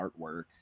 artwork